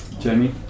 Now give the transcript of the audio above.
Jamie